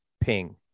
ping